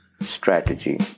strategy